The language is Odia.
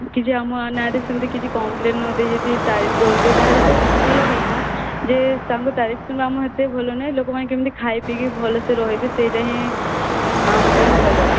କିଛି ଆମ ନାଁରେ ସେମିତି କିଛି କମପ୍ଳେନ ନ ଦେଇ ଯଦି ତାରିଫ କରନ୍ତି ତାହାଲେ ତ ଭଲ କଥା ଯେ ତାଙ୍କ ତାରିଫ ଶୁଣିବା ଏତେ ଭଲ ନୁହଁ ଯେ ଲୋକମାନେ କେମିତି ଖାଇପିଇକି ଭଲସେ ରହିବେ ସେହିଟା ହିଁ ଆମ ପାଇଁ ଭଲ